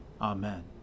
Amen